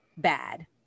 bad